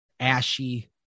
Ashy